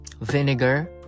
vinegar